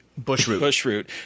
Bushroot